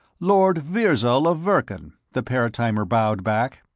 lord virzal of verkan, the paratimer bowed back.